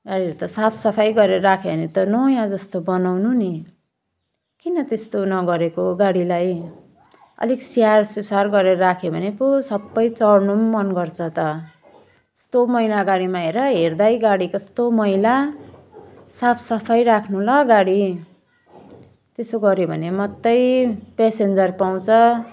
गाडीहरू त साफ सफाइ गरेर राख्यो भने त नयाँ जस्तो बनाउनु नि किन त्यस्तो नगरेको गाडीलाई अलिक स्याहार सुसार गरेर राख्यो भने पो सबै चढ्नु पनि मन गर्छ त यस्तो मैला गाडीमा हेर हेर्दै गाडी कस्तो मैला साफ सफाइ राख्नु ल गाडी त्यसो गऱ्यो भने मात्रै पेसेन्जर पाउँछ